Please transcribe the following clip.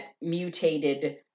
mutated